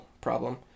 problem